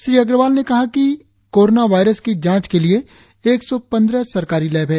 श्री अग्रवाल ने कहा कि कोरोना वायरस की जांच के लिए एक सौ पंद्रह सरकारी लैब है